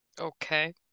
Okay